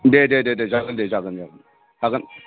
दे दे दे दे जागोन दे जागोन दे औ हागोन